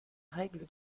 règle